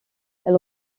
elle